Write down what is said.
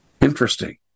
Interesting